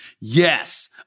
Yes